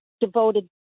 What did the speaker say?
devoted